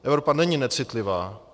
Evropa není necitlivá.